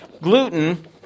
Gluten